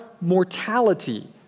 mortality